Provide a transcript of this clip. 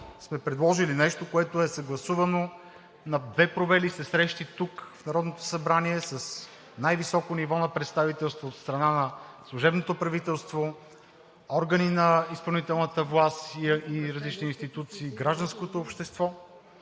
сме предложили нещо, което е съгласувано на две провели се срещи тук, в Народното събрание, с най-високо представителство от страна на служебното правителство, органи на изпълнителната власт, различни институции, гражданското общество.